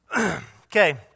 Okay